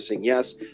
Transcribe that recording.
Yes